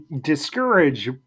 discourage